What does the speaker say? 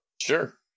sure